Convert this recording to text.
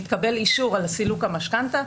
מתקבל אישור על סילוק המשכנתה,